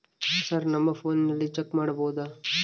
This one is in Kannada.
ಸರ್ ನಮ್ಮ ಫೋನಿನಲ್ಲಿ ಚೆಕ್ ಮಾಡಬಹುದಾ?